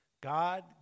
God